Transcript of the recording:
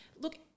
Look